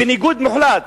בניגוד מוחלט